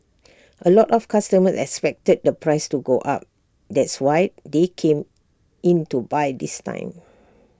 A lot of customers expected the price to go up that's why they came in to buy this time